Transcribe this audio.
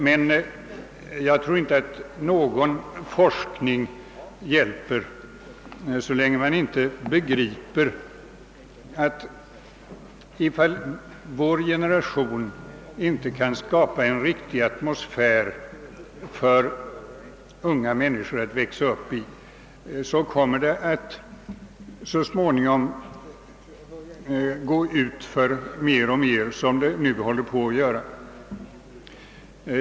Men jag tror inte att någon forskning hjälper så länge man inte begriper att om vår generation inte kan skapa en riktig atmosfär för unga människor att växa upp i, kommer det att fortsätta att gå utför mer och mer, som det nu håller på att göra.